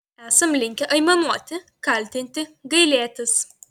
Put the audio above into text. esam linkę aimanuoti kaltinti gailėtis